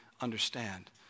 understand